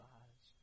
eyes